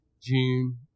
June